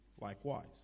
likewise